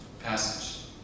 passage